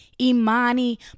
Imani